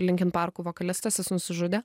linkin parko vokalistas jis nusižudė